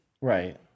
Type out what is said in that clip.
Right